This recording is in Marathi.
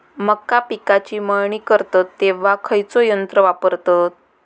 मका पिकाची मळणी करतत तेव्हा खैयचो यंत्र वापरतत?